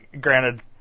granted